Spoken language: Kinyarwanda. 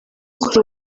kuri